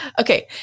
Okay